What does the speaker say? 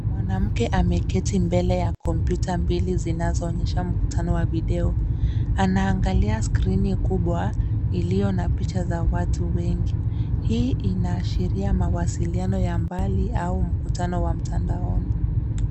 Mwanamke ameketi mbele ya kompyuta mbili zinazoonyesha mkutano wa video anaangalia skrini kubwa ilio na picha za watu wengi hii inaashiria mawasiliano ya mbali au mkutano wa mtandaoni.